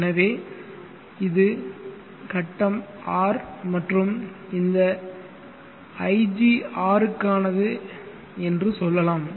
எனவே இது கட்டம் R மற்றும் இந்த igR க்கானது என்று சொல்லலாம்